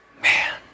man